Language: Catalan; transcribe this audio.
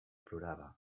plorava